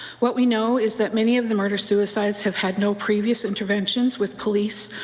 what we know is that many of the murder-suicides have had no previous interventions with police.